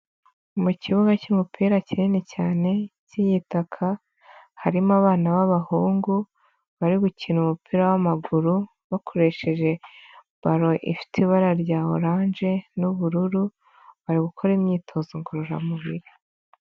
Mu kibuga cy'umupira kinini cyane k'iyigitaka harimo abana b'abahungu bari gukina umupira w'amaguru bakoresheje bar ifite ibara rya oranje n'ubururu bari gukora imyitozo ngororamubiri.